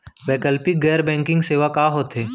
वैकल्पिक गैर बैंकिंग सेवा का होथे?